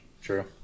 True